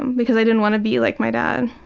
um because i didn't want to be like my dad.